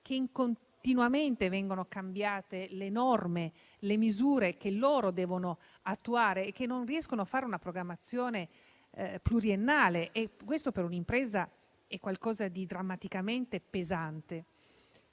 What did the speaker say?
continuamente cambiate le norme, le misure che loro devono attuare, e non riescono a fare una programmazione pluriennale. Questo, per un'impresa, è qualcosa di drammaticamente pesante.